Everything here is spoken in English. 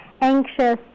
anxious